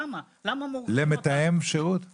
לתת לאנשים הרבה יותר בחירה לתפור את התוכנית השיקומית,